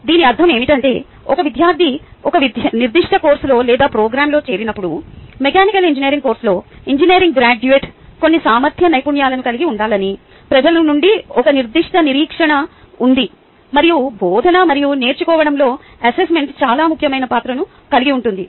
దీని అర్థం ఏమిటంటే ఒక విద్యార్థి ఒక నిర్దిష్ట కోర్సులో లేదా ప్రోగ్రామ్లో చేరినప్పుడు మెకానికల్ ఇంజనీరింగ్ కోర్సులో ఇంజనీరింగ్ గ్రాడ్యుయేట్ కొన్ని సామర్థ్య నైపుణ్యాలను కలిగి ఉండాలని ప్రజల నుండి ఒక నిర్దిష్ట నిరీక్షణ ఉంది మరియు బోధన మరియు నేర్చుకోవడంలో అసెస్మెంట్ చాలా ముఖ్యమైన పాత్రను కలిగి ఉంటుంది